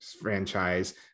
franchise